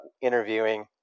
Interviewing